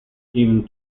kim